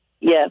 Yes